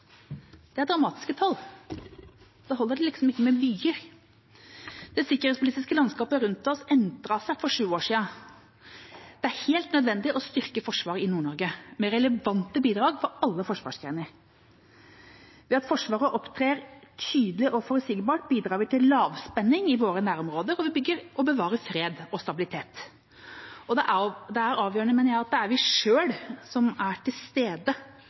Det er dramatiske tall. Da holder det liksom ikke med vyer. Det sikkerhetspolitiske landskapet rundt oss endret seg for sju år siden. Det er helt nødvendig å styrke forsvaret i Nord-Norge med relevante bidrag på alle forsvarsgrener. Ved at Forsvaret opptrer tydelig og forutsigbart bidrar vi til lavspenning i våre nærområder, og vi bevarer fred og stabilitet. Og det er avgjørende, mener jeg, at det er vi selv som er til stede